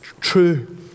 true